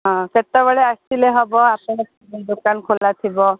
ହଁ କେତେବେଳେ ଆସିଲେ ହେବ ଆପଣଙ୍କର ଦୋକାନ ଖୋଲା ଥିବ